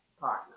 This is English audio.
partner